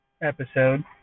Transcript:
episode